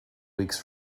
weeks